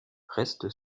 reste